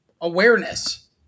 awareness